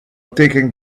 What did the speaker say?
taking